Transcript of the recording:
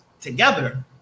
together